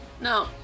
No